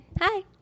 Hi